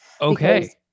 okay